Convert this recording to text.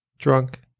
Drunk